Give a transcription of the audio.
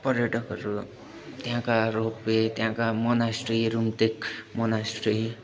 पर्यटकहरू त्यहाँका रोपवे त्यहाँका मोनास्ट्रीहरू पनि देख्न मोनास्ट्री